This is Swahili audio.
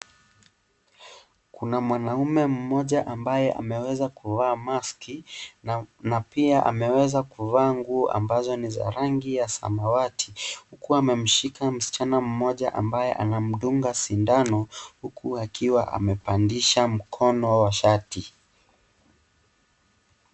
Kuna mwanaume mmoja ambaye ameweza kuvaa maski na pia ameweza kuvaa nguo ambazo ni za rangi ya samawati huku amemshika msichana mmoja ambaye anamdunga sindano huku akiwa ameoandisha mkono wa shati.